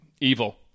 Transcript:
evil